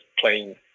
playing